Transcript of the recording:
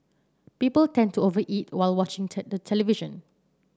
people tend to over eat while watching the the television